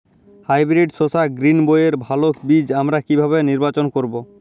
Hybrid শসা গ্রীনবইয়ের ভালো বীজ আমরা কিভাবে নির্বাচন করব?